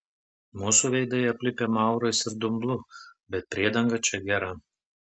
mūsų veidai aplipę maurais ir dumblu bet priedanga čia gera